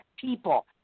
people